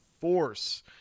force